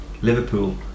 Liverpool